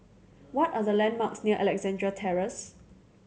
what are the landmarks near Alexandra Terrace